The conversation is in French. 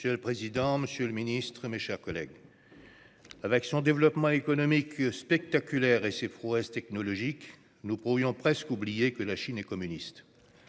Monsieur le président, monsieur le ministre, mes chers collègues, avec son développement économique spectaculaire et ses prouesses technologiques, nous pourrions presque oublier que la Chine est communiste.